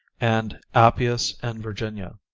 and appius and virginia.